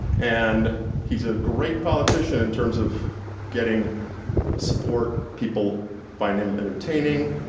and he's a great politician in terms of getting support. people find him entertaining,